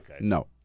No